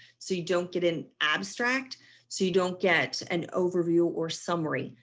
so you don't get an abstract, so you don't get an overview or summary.